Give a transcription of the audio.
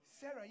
Sarah